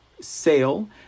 sale